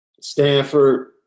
Stanford